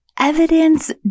Evidence